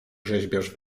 rzeźbiarz